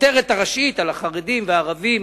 הכותרת הראשית על החרדים והערבים,